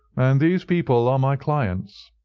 and these people are my clients.